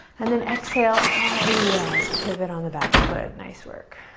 and then exhale, oh yes! pivot on the back foot, nice work.